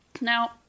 Now